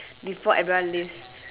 before everyone leaves